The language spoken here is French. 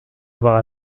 avoir